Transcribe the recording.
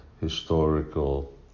historical